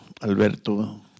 Alberto